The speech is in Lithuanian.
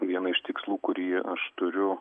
vieną iš tikslų kurį aš turiu